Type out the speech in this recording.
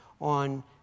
on